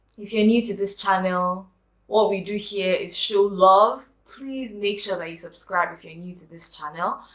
if you're new to this channel what we do here is show love please make sure that you subscribe if you're new to this channel.